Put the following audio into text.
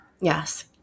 Yes